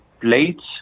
plates